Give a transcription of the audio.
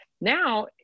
Now